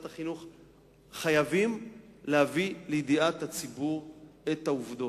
חייבים להביא לידיעת הציבור את העובדות.